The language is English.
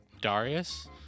Darius